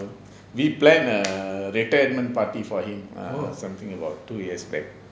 we planned a retirement party for him or something about two years back